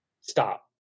stop